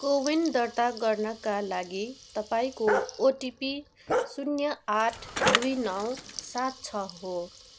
कोविन दर्ता गर्नाका लागि तपाईँँको ओटिपी शून्य आठ दुई नौ सात छ हो